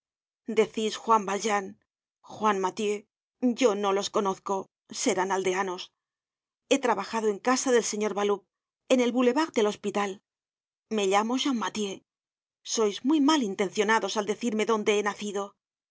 decís juan valjean juan mathieu yo no los conozco serán aldeanos he trabajado en casa del señor baloup en el boulevard del hospital me llamo champmathieu sois muy mal intencionados al decirme donde he nacido